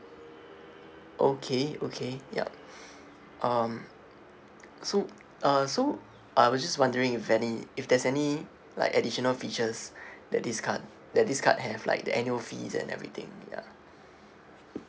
okay okay yup um so uh so I was just wondering if any if there's any like additional features that this card that this card have like the annual fees and everything ya